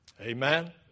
Amen